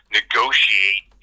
negotiate